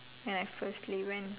when I firstly when